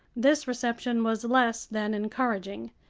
this reception was less than encouraging.